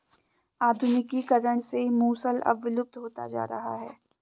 आधुनिकीकरण से मूसल अब विलुप्त होता जा रहा है